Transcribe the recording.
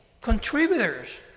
contributors